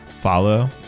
follow